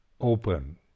Open